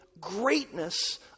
greatness